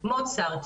מוצארט,